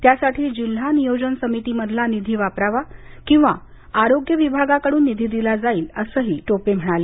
त्यासाठी जिल्हा नियोजन समितीमधला निधी वापरावा किंवा आरोग्य विभागाकडून निधी दिला जाईल असंही टोपे म्हणाले